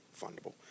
fundable